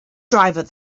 driver